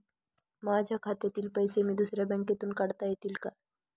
माझ्या खात्यातील पैसे मी दुसऱ्या बँकेतून काढता येतील का?